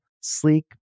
sleek